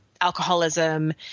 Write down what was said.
alcoholism